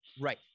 Right